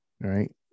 right